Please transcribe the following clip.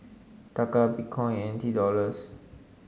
Taka Bitcoin and N T Dollars